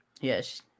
Yes